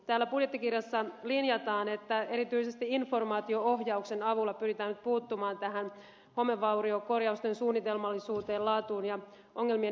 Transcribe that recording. täällä budjettikirjassa linjataan että erityisesti informaatio ohjauksen avulla pyritään nyt puuttumaan homevauriokorjausten suunnitelmallisuuteen laatuun ja ongelmien ennaltaehkäisyyn